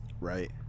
Right